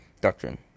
doctrine